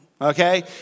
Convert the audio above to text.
okay